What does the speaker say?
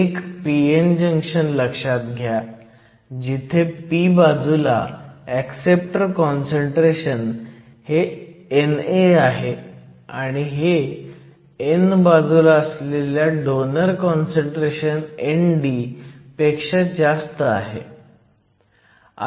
एक p n junction लक्षात घ्या जिथे p बाजूला ऍक्सेप्टर काँसंट्रेशन हे NA आहे आणि हे n बाजूला असलेल्या डोनर काँसंट्रेशन ND पेक्षा जास्त आहे